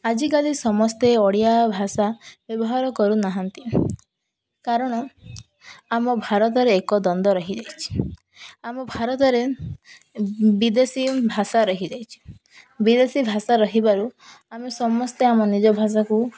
ଆଜିକାଲି ସମସ୍ତେ ଓଡ଼ିଆ ଭାଷା ବ୍ୟବହାର କରୁନାହାନ୍ତି କାରଣ ଆମ ଭାରତରେ ଏକ ଦ୍ୱନ୍ଦ ରହିଯାଇଛି ଆମ ଭାରତରେ ବିଦେଶୀ ଭାଷା ରହିଯାଇଛି ବିଦେଶୀ ଭାଷା ରହିବାରୁ ଆମେ ସମସ୍ତେ ଆମ ନିଜ ଭାଷାକୁ